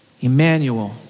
Emmanuel